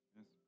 Yes